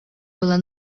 була